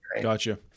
Gotcha